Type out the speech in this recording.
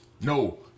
No